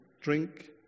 drink